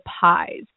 pies